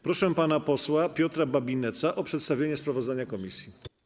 Proszę pana posła Piotra Babinetza o przedstawienie sprawozdania komisji.